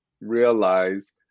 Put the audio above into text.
realize